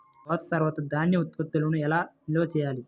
కోత తర్వాత ధాన్య ఉత్పత్తులను ఎలా నిల్వ చేయాలి?